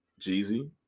Jeezy